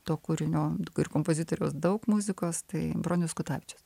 to kūrinio ir kompozitoriaus daug muzikos tai bronius kutavičius